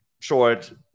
short